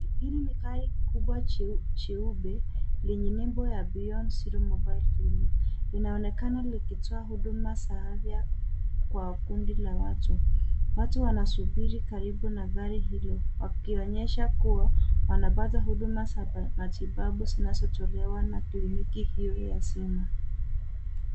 Hili ni gari kubwa jeupe lenye membo ya Beyond Zero Mobile Clinic, inaonekana likitoa huduma za afya kwa kundi la watu. Watu wanasubiri karibu na gari hillo wakionyesha kua wanapasa huduma za matibabu zinazotolewa na kliniki hio ya simu.